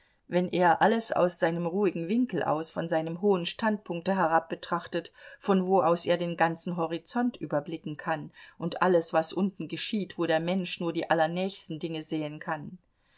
wenn er alles aus seinem ruhigen winkel aus von seinem hohen standpunkte herab betrachtet von wo aus er den ganzen horizont überblicken kann und alles was unten geschieht wo der mensch nur die allernächsten dinge sehen kann